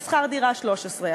זה שכר דירה 13,